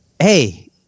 Hey